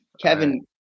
Kevin